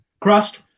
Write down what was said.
Crust